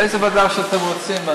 לאיזו ועדה שאתם רוצים.